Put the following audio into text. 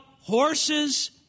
horses